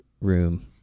room